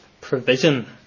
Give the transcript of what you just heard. provision